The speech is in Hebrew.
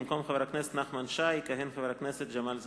במקום חבר הכנסת נחמן שי יכהן חבר הכנסת ג'מאל זחאלקה.